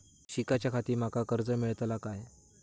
शिकाच्याखाती माका कर्ज मेलतळा काय?